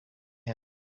him